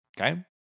Okay